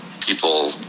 People